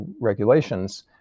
regulations